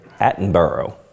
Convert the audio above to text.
Attenborough